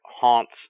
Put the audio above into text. Haunts